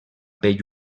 pell